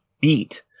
beat